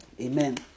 Amen